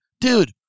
dude